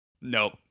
Nope